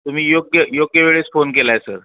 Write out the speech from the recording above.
तुम्ही योग्य योग्य वेळेस फोन केला आहे सर